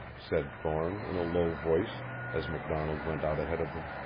said thorne in a low voice as macdonald went out ahead of them.